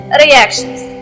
reactions